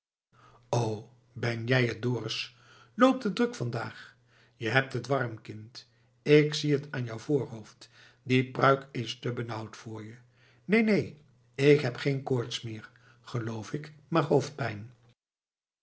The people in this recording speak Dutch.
o ben jij het dorus loopt het druk vandaag je hebt het warm kind k zie het aan je voorhoofd die pruik is te benauwd voor je neen neen k heb geen koorts meer geloof ik maar hoofdpijn